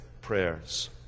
prayers